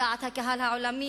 אני מתכוונת לדעת הקהל העולמית,